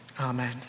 amen